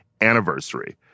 anniversary